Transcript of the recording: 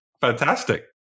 Fantastic